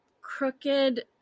crooked